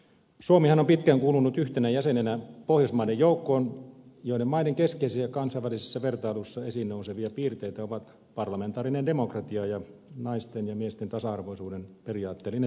suomihan on pitkään kuulunut yhtenä jäsenenä pohjoismaiden joukkoon joiden maiden keskeisiä kansainvälisissä vertailuissa esiin nousevia piirteitä ovat parlamentaarinen demokratia ja naisten ja miesten tasa arvoisuuden periaatteellinen tunnustaminen tavoitteena